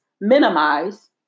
minimize